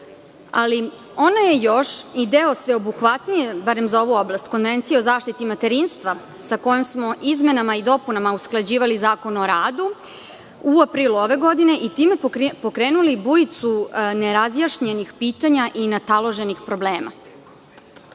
Ali, ona je još i deo sveobuhvatnije barem za ovu oblast Konvencija o zaštiti materinstva sa kojom smo izmenama i dopunama usklađivali Zakon o radu u aprilu ove godine i time pokrenuli bujicu nerazjašnjenih pitanja i nataloženih problema. Ovakvi